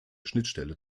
schnittstelle